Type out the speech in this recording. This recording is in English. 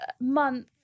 month